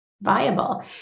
viable